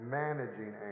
managing